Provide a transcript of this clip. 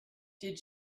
did